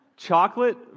chocolate